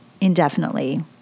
indefinitely